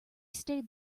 stayed